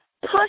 push